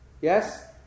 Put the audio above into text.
Yes